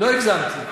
לא הגזמתי.